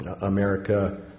America